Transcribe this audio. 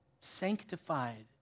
sanctified